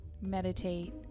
meditate